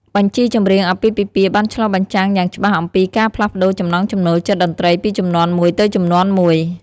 បញ្ជីចម្រៀងអាពាហ៍ពិពាហ៍បានឆ្លុះបញ្ចាំងយ៉ាងច្បាស់អំពីការផ្លាស់ប្តូរចំណង់ចំណូលចិត្តតន្ត្រីពីជំនាន់មួយទៅជំនាន់មួយ។